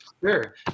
Sure